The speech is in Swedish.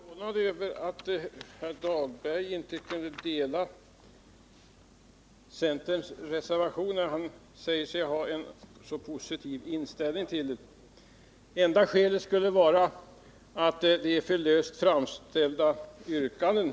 Herr talman! Jag är något förvånad över att herr Dahlberg inte kunde stödja centerns reservation, trots att han säger sig ha en så positiv inställning till den. Det enda skälet skulle vara att det är alltför löst framställda yrkanden.